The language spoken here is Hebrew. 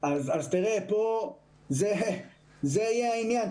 זה יהיה העניין.